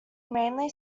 mainly